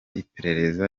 iperereza